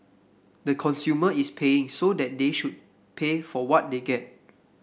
the consumer is paying so that they should pay for what they get